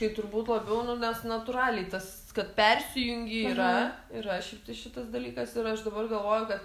tai turbūt labiau nu nes natūraliai tas kad persijungi yra yra šiaip tai šitas dalykas ir aš dabar galvoju kad